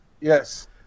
Yes